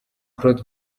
claude